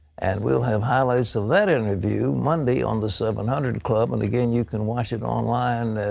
and we'll have highlights of that interview monday on the seven hundred club. and, again, you can watch it online